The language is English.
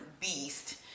beast